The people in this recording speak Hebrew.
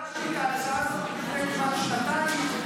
אני הגשתי את ההצעה הזאת לפני כמעט שנתיים,